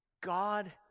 God